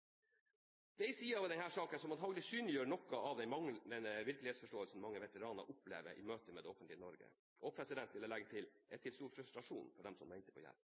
mange veteraner opplever i møtet med det offentlige Norge, og – vil jeg legge til – som er til stor frustrasjon for dem som venter på hjelp.